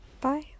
Bye